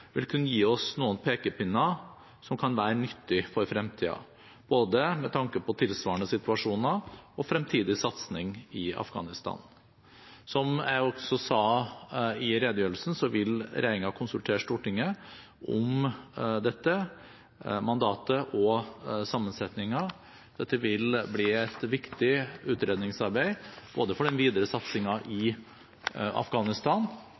vil kunne gi oss noen pekepinner som kan være nyttige for fremtiden, med tanke på både tilsvarende situasjoner og fremtidig satsing i Afghanistan. Som jeg også sa i redegjørelsen, vil regjeringen konsultere Stortinget om dette mandatet og sammensetningen. Dette vil bli et viktig utredningsarbeid for den videre satsingen i Afghanistan,